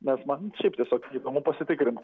nes man šiaip tiesiog įdomu pasitikrint